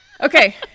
okay